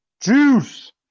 Juice